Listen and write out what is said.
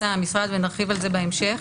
המשרד ונרחיב על זה בהמשך.